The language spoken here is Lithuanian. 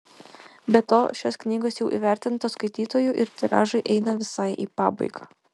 be to šios knygos jau įvertintos skaitytojų ir tiražai eina visai į pabaigą